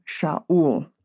Sha'ul